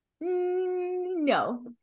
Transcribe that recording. no